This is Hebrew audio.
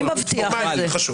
מי מבטיח את זה?